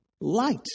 light